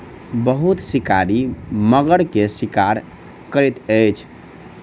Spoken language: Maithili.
बहुत शिकारी मगर के शिकार करैत अछि